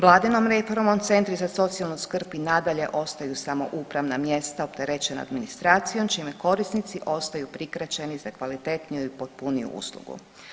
Vladinom reformom centri za socijalnu skrb i nadalje ostaju samo upravna mjesta opterećena administracijom čime korisnici ostaju prikraćeni za kvalitetniju i potpuniju uslugu.